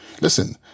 listen